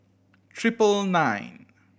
triple nine